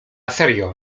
serio